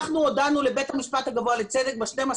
אנחנו הודענו לבית המשפט הגבוה לצדק ב-12